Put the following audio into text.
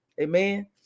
Amen